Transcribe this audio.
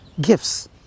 gifts